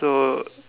so